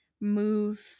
move